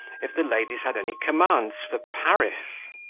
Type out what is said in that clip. if the ladies had any commands for paris?